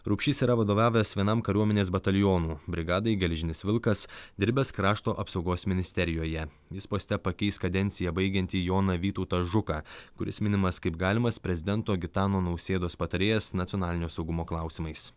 rupšys yra vadovavęs vienam kariuomenės batalionų brigadai geležinis vilkas dirbęs krašto apsaugos ministerijoje jis poste pakeis kadenciją baigiantį joną vytautą žuką kuris minimas kaip galimas prezidento gitano nausėdos patarėjas nacionalinio saugumo klausimais